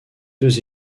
deux